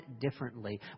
differently